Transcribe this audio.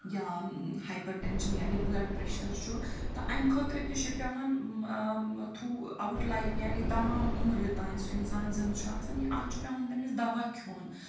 یا hypertension یعنی blood pressure چھُ تہٕ اَمہِ خٲطرٕ تہِ چھُ پٮ۪وان تھرٛوٗ اَوُٹ لایِف یعنی تَمام عُمر یوتام سُہ اِنسان زِنٛدٕ چھُ آسان یہِ اَتھ چھُ پٮ۪وان تٔمِس دَوا کھیوٚن